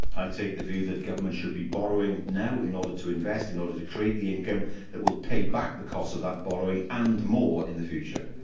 i take the view that government should be borrowing now in order to invest, in order to create the income that will pay back the cost of that borrowing and more in the future.